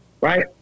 right